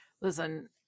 Listen